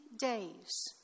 days